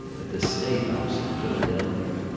at the state-house in philadelphia.